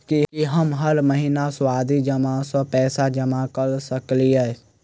की हम हर महीना सावधि जमा सँ पैसा जमा करऽ सकलिये?